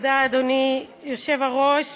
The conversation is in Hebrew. אדוני היושב-ראש,